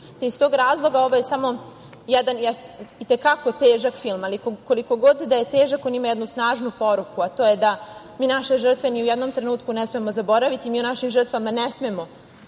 Iz tog razloga ovoj je samo jedan i te kako težak film, ali, koliko god da je težak on ima jednu snažnu poruku, to je da mi naše žrtve ni u jednom trenutku ne smemo zaboraviti, mi o našim žrtvama ne smemo